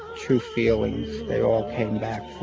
true feelings. they all came back